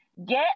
Get